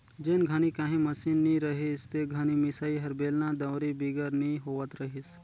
जेन घनी काही मसीन नी रहिस ते घनी मिसई हर बेलना, दउंरी बिगर नी होवत रहिस